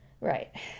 Right